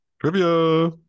trivia